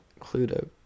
Cluedo